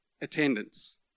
attendance